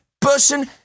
person